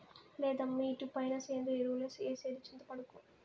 లేదమ్మీ ఇటుపైన సేంద్రియ ఎరువులే ఏసేది చింతపడకు